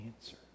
answer